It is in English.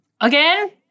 Again